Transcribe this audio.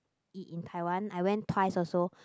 it in Taiwan I went twice also